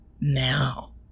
now